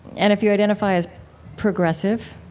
and if you identify as progressive.